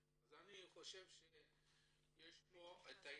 יש כאן את העניין,